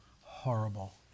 horrible